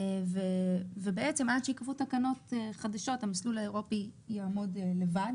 ועד שייקבעו תקנו תקנות חדשות המסלול האירופי יעמוד לבד